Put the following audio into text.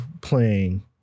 playing